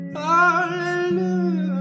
hallelujah